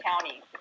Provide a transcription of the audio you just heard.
county